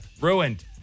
Ruined